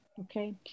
okay